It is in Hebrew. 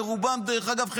ודרך אגב,